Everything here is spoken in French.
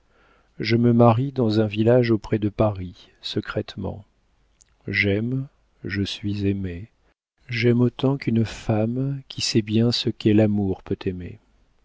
je me marie dans un village auprès de paris secrètement j'aime je suis aimée j'aime autant qu'une femme qui sait bien ce qu'est l'amour peut aimer